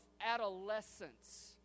adolescence